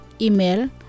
Email